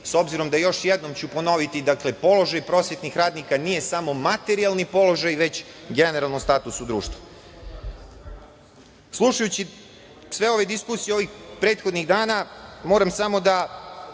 s obzirom da ću još jednom ponoviti. Položaj prosvetnih radnika nije samo materijalni položaj, već generalno status u društvu. Slušajući sve ove diskusije ovih prethodnih dana moram da